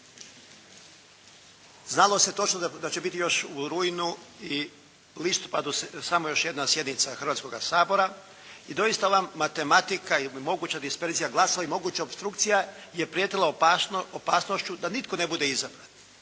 Znalo se točno da će biti još u rujnu i listopadu samo još jedna sjednica Hrvatskoga sabora. I doista ova matematika i moguća disperzija glasova, moguća opstrukcija je prijetila opasnošću da nitko ne bude izabran